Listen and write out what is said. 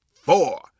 four